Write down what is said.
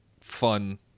fun